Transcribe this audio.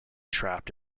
trapped